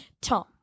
Tom